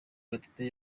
gatete